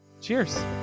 Cheers